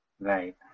Right